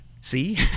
See